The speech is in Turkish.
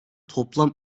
toplam